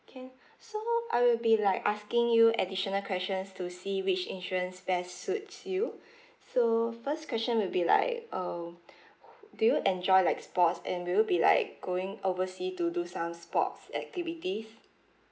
can so I will be like asking you additional questions to see which insurance best suits you so first question will be like uh do you enjoy like sports and will you be like going oversea to do some sports activities